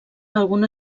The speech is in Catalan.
alguna